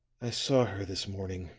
i saw her this morning,